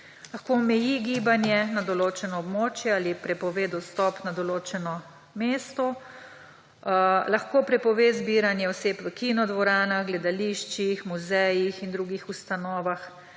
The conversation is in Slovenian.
lahko omeji gibanje na določeno območje ali prepove dostop na določeno mesto, lahko prepove zbiranje oseb v kinodvoranah, gledališčih, muzejih in drugih ustanovah,